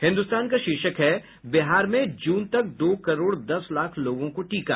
हिन्दुस्तान का शीर्षक है बिहार में जून तक दो करोड़ दस लाख लोगों को टीका